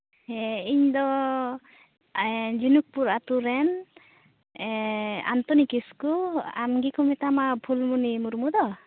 ᱦᱮᱸ ᱤᱧ ᱫᱚ ᱡᱷᱤᱱᱩᱠᱯᱩᱨ ᱟᱹᱛᱩ ᱨᱮᱱ ᱟᱢᱛᱚᱱᱤ ᱠᱤᱥᱠᱩ ᱟᱢᱜᱮᱠᱚ ᱢᱮᱛᱟᱢᱟ ᱯᱷᱩᱞᱢᱩᱱᱤ ᱢᱩᱨᱢᱩ ᱫᱚ